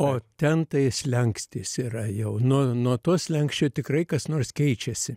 o ten tai slenkstis yra jau nuo nuo to slenksčio tikrai kas nors keičiasi